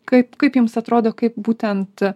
kaip kaip jums atrodo kaip būtent